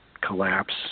collapse